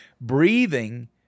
Breathing